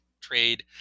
trade